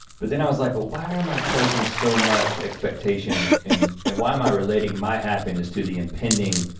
but then i was like but why am i placing so much expectation and why i'm i relating my happiness to the impending